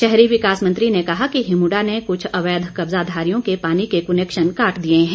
शहरी विकास मंत्री ने कहा कि हिमुडा ने कुछ अवैध कब्जाधारियों के पानी के कुनेक्शन काट दिए हैं